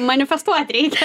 manifestuot reikia